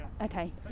Okay